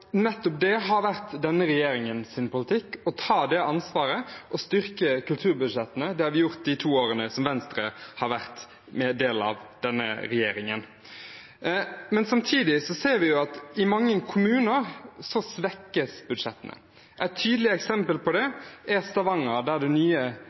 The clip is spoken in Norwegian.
Nettopp det har vært denne regjeringens politikk: å ta det ansvaret og styrke kulturbudsjettene. Det har vi gjort de to årene Venstre har vært en del av denne regjeringen. Samtidig ser vi at i mange kommuner svekkes budsjettene. Et tydelig eksempel på